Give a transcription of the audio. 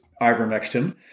ivermectin